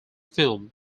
film